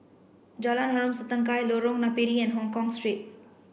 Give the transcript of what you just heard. Jalan Harom Setangkai Lorong Napiri and Hongkong Street